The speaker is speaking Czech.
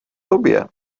tobě